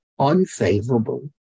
unfavorable